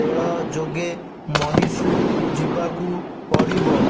ରେଳ ଯୋଗେ ମହୀଶୂର ଯିବାକୁ ପଡ଼ିବ